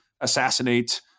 assassinate